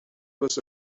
with